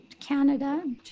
Canada